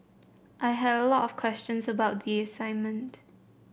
I had a lot of questions about the assignment